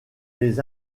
les